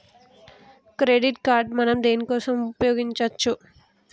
Credit card మనం దేనికోసం ఉపయోగించుకోవచ్చు?